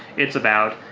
it's about